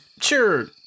sure